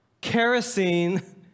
kerosene